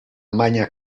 magna